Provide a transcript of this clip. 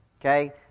okay